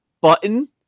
button